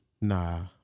nah